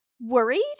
worried